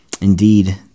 Indeed